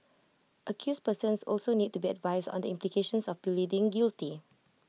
accused persons also need to be advised on the implications of pleading guilty